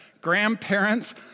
grandparents